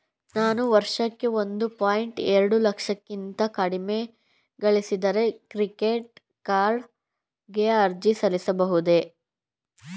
ನಾನು ವರ್ಷಕ್ಕೆ ಒಂದು ಪಾಯಿಂಟ್ ಎರಡು ಲಕ್ಷಕ್ಕಿಂತ ಕಡಿಮೆ ಗಳಿಸಿದರೆ ಕ್ರೆಡಿಟ್ ಕಾರ್ಡ್ ಗೆ ಅರ್ಜಿ ಸಲ್ಲಿಸಬಹುದೇ?